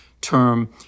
term